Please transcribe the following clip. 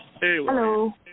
Hello